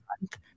month